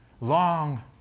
Long